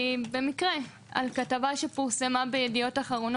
מנהל מאגר מידע,